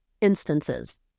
instances